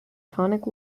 tonic